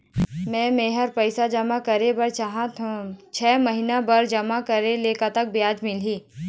मे मेहर पैसा जमा करें बर चाहत हाव, छह महिना बर जमा करे ले कतक ब्याज मिलही?